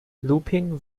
looping